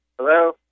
Hello